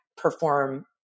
perform